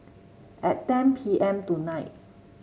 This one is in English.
at ten P M tonight